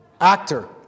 actor